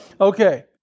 okay